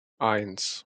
eins